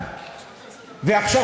ועכשיו,